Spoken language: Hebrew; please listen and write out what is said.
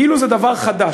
כאילו זה דבר חדש.